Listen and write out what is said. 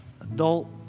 adult